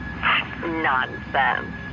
Nonsense